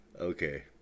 Okay